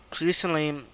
recently